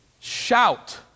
Shout